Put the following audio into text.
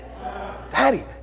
Daddy